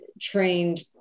trained